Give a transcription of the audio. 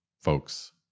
folks